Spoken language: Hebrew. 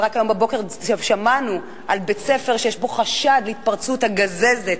רק היום בבוקר שמענו על בית-ספר שיש בו חשד להתפרצות הגזזת,